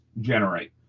generate